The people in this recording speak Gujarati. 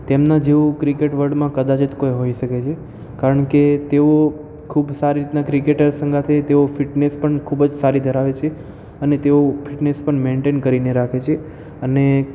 તેમના જેવું ક્રિકેટ વલ્ડમાં કદાચિત કોઈ હોઈ શકે છે કારણ કે તેઓ ખૂબ સારી રીતના ક્રિકેટર સંગાથે તેઓ ફિટનેસ પણ ખૂબ જ સારી ધરાવે છે અને તેઓ ફિટનેસ પણ મેન્ટેન કરીને રાખે છે અને